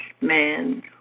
man